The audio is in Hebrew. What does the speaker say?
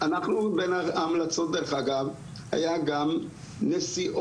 אנחנו בהמלצות דרך אגב היה גם נסיעות